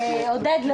עודד,